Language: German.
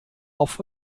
auf